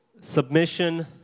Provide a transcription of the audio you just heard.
submission